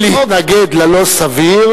כדי להתנגד ללא-סביר,